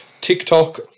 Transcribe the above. TikTok